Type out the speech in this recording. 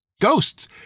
Ghosts